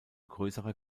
größerer